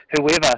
whoever